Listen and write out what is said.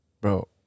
Bro